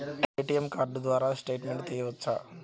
ATM card ద్వారా statement తీయవచ్చా?